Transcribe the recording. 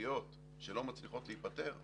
סוגיות שלא מצליחות להיפתר,